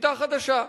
שיטה חדשה.